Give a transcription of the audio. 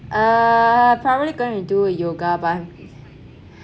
uh probably going to do yoga but I